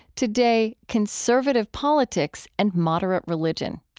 today, conservative politics and moderate religion.